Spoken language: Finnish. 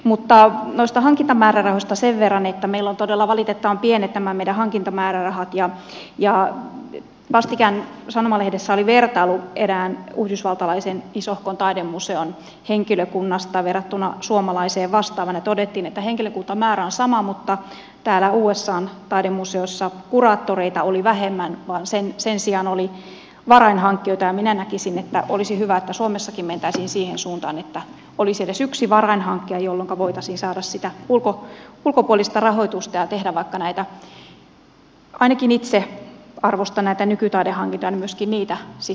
mutta noista hankintamäärärahoista sen verran että meillä ovat todella valitettavan pienet nämä meidän hankintamäärärahat ja vastikään sanomalehdessä oli vertailu erään yhdysvaltalaisen isohkon taidemuseon henkilökunnasta verrattuna suomalaiseen vastaavaan ja todettiin että henkilökuntamäärä on sama mutta usan taidemuseossa kuraattoreita oli vähemmän ja sen sijaan oli varainhankkijoita ja minä näkisin että olisi hyvä että suomessakin mentäisiin siihen suuntaan että olisi edes yksi varainhankkija jolloinka voitaisiin saada sitä ulkopuolista rahoitusta ja tehdä vaikka näitä ainakin itse niitä arvostan nykytaidehankintoja myöskin sitten enemmän